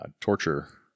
torture